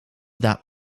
that